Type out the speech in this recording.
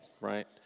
right